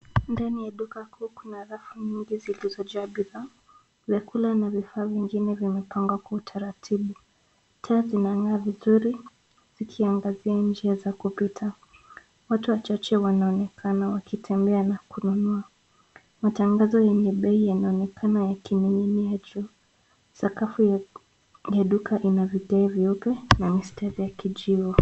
Ndani ya duka kuu kuna rafu nyingi zilizojaa bidhaa, vyakula na vifaa vingine vimepangwa kwa utaratibu, taa zinang'aa vizuri, zikiangazia njia za kupita, watu wachache wanaonekana wakitembea na kununua, matangazo yenye bei yanaonekana yakining'inia juu, sakafu ya duka ina vigae vyeupe na mistari ya kijivu.